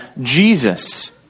Jesus